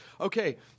okay